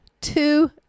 Two